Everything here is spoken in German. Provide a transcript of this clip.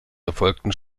erfolgten